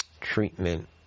treatment